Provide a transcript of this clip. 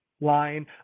line